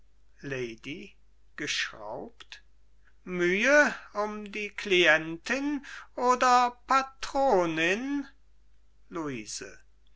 lady geschraubt mühe um die clientin oder patronin luise